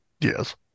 Yes